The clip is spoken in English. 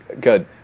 good